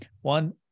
One